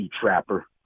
Trapper